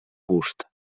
gust